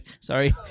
Sorry